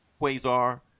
Quasar